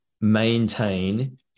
maintain